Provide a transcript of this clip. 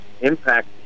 impact